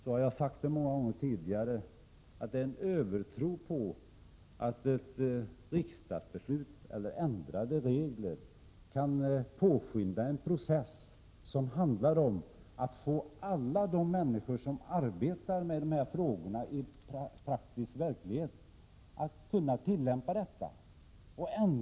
Jag har sagt många gånger tidigare att det finns en övertro på att ett riksdagsbeslut eller ändrade regler skulle kunna påskynda en process som handlar om att få alla de människor som arbetar med dessa frågor i praktisk verklighet att tillämpa vad som sägs i beslutet eller reglerna.